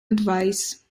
advice